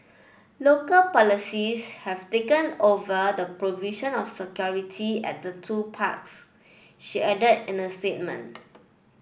local polices have taken over the provision of security at the two parks she added in a statement